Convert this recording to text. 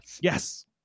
Yes